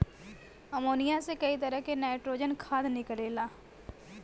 ammonia से कई तरह क नाइट्रोजन खाद निकलेला